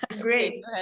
Great